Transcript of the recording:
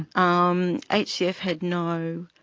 um hcf had no